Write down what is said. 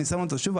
אני שם אותו שוב,